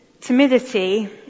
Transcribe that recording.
timidity